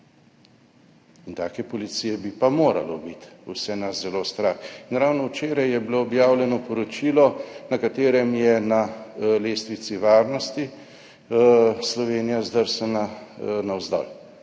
In take policije bi pa nas moralo biti vse zelo strah. Ravno včeraj je bilo objavljeno poročilo, na katerem je na lestvici varnosti Slovenija zdrsnila navzdol.